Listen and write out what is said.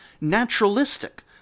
naturalistic